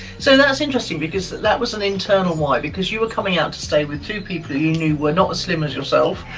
so, that's interesting, because that was an internal why. because you were coming out to stay with two people you knew were not as slim as yourself,